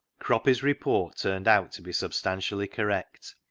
croppy's report turned out to be substan tially correct,